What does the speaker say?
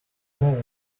moreau